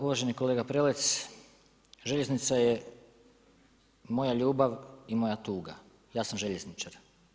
Uvaženi kolega Prelec, željeznica je moja ljubav i moja tuga, ja sam željezničar.